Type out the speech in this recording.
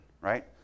right